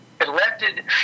elected